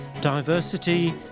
diversity